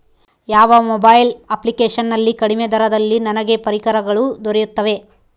ಯಾವ mobile application ನಲ್ಲಿ ಕಡಿಮೆ ದರದಲ್ಲಿ ನನಗೆ ಪರಿಕರಗಳು ದೊರೆಯುತ್ತವೆ?